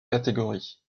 catégorie